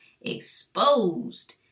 exposed